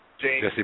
James